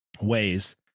ways